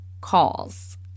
calls